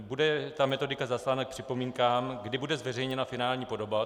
Bude metodika zaslána k připomínkám, kdy bude zveřejněna finální podoba?